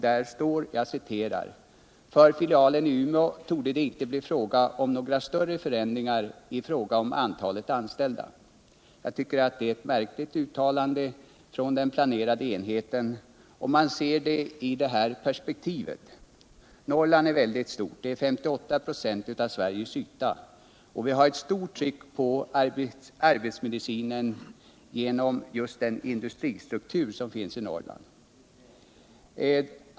Där står: ”För filialen i Umeå torde det inte bli fråga om några större förändringar i fråga om antalet anställda.” Jag tycker att detta är ett märkligt uttalande från den planerade enheten, om man ser det i följande perspektiv. 93 Norrland är väldigt stort och upptar 58 26 av Sveriges yta. Vi har ett kraftigt tryck på arbetsmedicinen just genom den industristruktur som finns i Norrland.